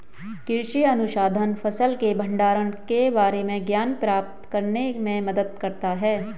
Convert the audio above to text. कृषि अनुसंधान फसल के भंडारण के बारे में ज्ञान प्राप्त करने में मदद करता है